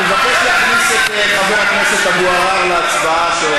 אני מבקש להכניס את חבר הכנסת אבו עראר להצבעה.